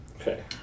Okay